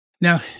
Now